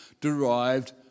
derived